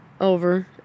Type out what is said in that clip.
over